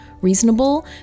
reasonable